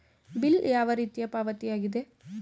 Bill ಯಾವ ರೀತಿಯ ಪಾವತಿಯಾಗಿದೆ?